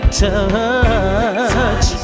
touch